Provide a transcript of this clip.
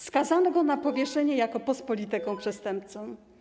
Skazano go na powieszenie jako pospolitego przestępcę.